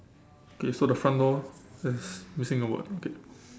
okay so the front door there's missing a word okay